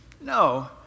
No